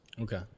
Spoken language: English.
Okay